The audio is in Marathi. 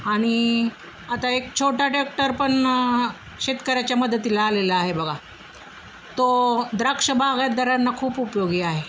आणि आता एक छोटा टॅक्टरपण शेतकऱ्याच्या मदतीला आलेला आहे बघा तो द्राक्ष बागायतदारांना खूप उपयोगी आहे